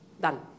Done